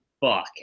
fuck